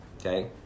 Okay